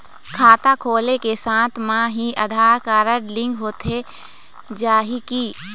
खाता खोले के साथ म ही आधार कारड लिंक होथे जाही की?